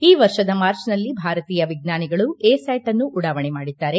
ಈ ವರ್ಷದ ಮಾರ್ಚ್ನಲ್ಲಿ ಭಾರತೀಯ ವಿಜ್ವಾನಿಗಳು ಎ ಸ್ಕಾಟ್ ಅನ್ನು ಉಡಾವಣೆ ಮಾಡಿದ್ದಾರೆ